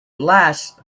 lasts